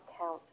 count